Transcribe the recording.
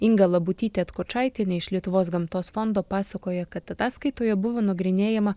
inga labutytė atkočaitienė iš lietuvos gamtos fondo pasakoja kad ataskaitoje buvo nagrinėjama